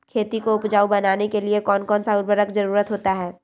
खेती को उपजाऊ बनाने के लिए कौन कौन सा उर्वरक जरुरत होता हैं?